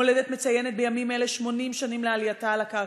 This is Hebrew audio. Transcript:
מולדת מציינת בימים אלה 80 שנים לעלייתה על הקרקע.